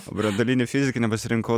o branduolinė fizika nepasirinkau